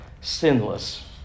sinless